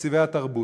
תקציבי התרבות.